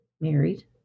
married